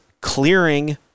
clearing